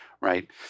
right